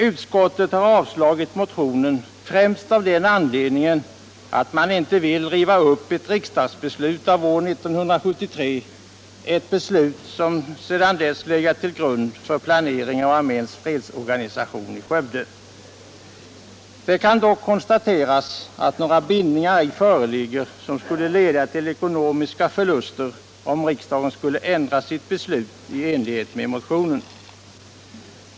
Utskottet har avstyrkt motionen, främst av den anledningen att man inte vill riva upp ett riksdagsbeslut av år 1973 — ett beslut som sedan har legat till grund för planeringen av arméns fredsorganisation i Skövde. Det kan dock konstateras att några bindningar ej föreligger som kan leda till ekonomiska förluster om riksdagen skulle fatta ett beslut i enlighet med motionen.